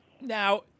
Now